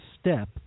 step